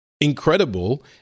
incredible